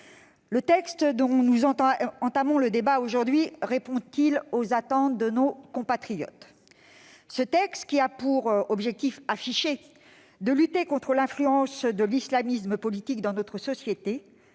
de loi dont nous entamons l'examen aujourd'hui répond-il aux attentes de nos compatriotes ? Ce texte, qui a pour objectif affiché de lutter contre l'influence de l'islamisme politique dans notre société,